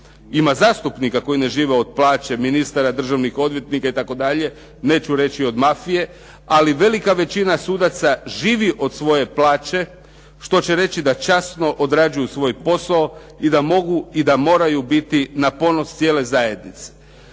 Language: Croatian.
ima zastupnika koji ne žive od plaće, ministara, državnih odvjetnika itd., neću reći od mafije, ali velika većina sudaca živi od svoje plaće, što će reći da časno odrađuju svoj posao i da mogu i da moraju biti na ponos cijele zajednice.